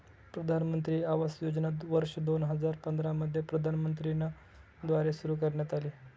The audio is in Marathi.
प्रधानमंत्री आवास योजना वर्ष दोन हजार पंधरा मध्ये प्रधानमंत्री न द्वारे सुरू करण्यात आली